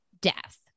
death